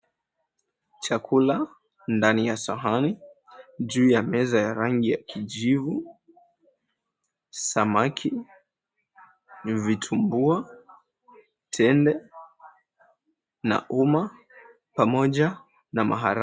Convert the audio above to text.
Chakula ndani ya sahani, juu ya meza ya rangi ya kijivu, samaki, vitumbua, tende na uma pamoja na mahara.